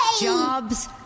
Jobs